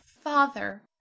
father